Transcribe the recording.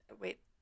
Wait